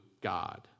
God